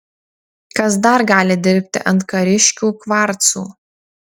kas dar gali dirbti ant kariškių kvarcų